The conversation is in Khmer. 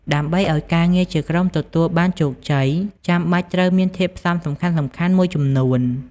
ដើម្បីឱ្យការងារជាក្រុមទទួលបានជោគជ័យ ចាំបាច់ត្រូវមានធាតុផ្សំសំខាន់ៗមួយចំនួន។